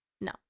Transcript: No